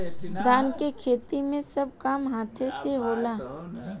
धान के खेती मे सब काम हाथे से होला